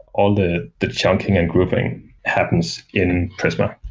all the the chunking and grouping happens in prisma.